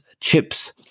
chips